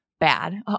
bad